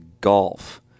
golf